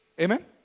Amen